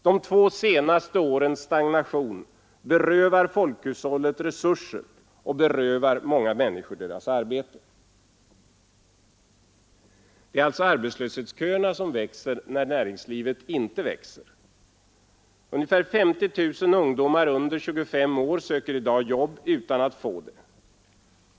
De två senaste årens stagnation berövar folkhushållet resurser och berövar många människor deras arbete. Det är alltså arbetslöshetsköerna som vä äringslivet inte växer. Ungefär 50 000 ungdomar under 25 år söker i dag jobb utan att få det.